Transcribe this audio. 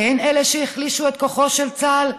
הן אלה שהחלישו את כוחו של צה"ל?